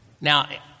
Now